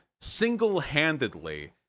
single-handedly